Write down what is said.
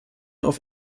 auf